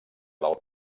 del